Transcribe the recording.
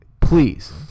please